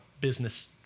business